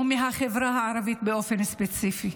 ומהחברה הערבית באופן ספציפי.